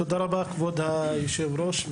תודה רבה כבוד היושב ראש,